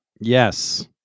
Yes